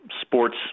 sports